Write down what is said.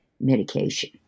medication